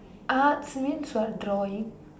arts means what drawing